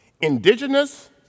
indigenous